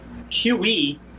QE